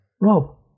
Rob